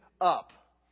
up